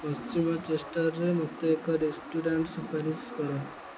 ପଶ୍ଚିମ ଚେଷ୍ଟରରେ ମୋତେ ଏକ ରେଷ୍ଟୁରାଣ୍ଟ ସୁପାରିଶ କର